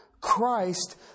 Christ